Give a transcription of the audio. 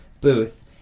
booth